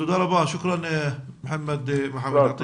תודה רבה, מוחמד מחמוד.